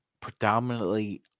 predominantly